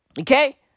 Okay